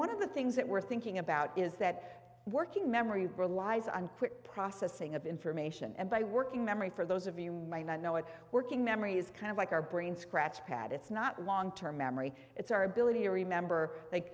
one of the things that we're thinking about is that working memory relies on quick processing of information and by working memory for those of you might not know it working memory is kind of like our brain scratchpad it's not long term memory it's our ability to remember they